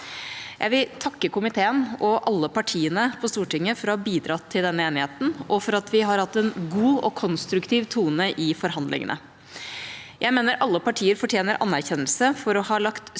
Jeg vil takke komiteen og alle partiene på Stortinget for å ha bidratt til denne enigheten og for at vi har hatt en god og konstruktiv tone i forhandlingene. Jeg mener alle partier fortjener anerkjennelse for å ha lagt